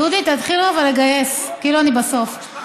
דודי, תתחילו לגייס כאילו אני בסוף.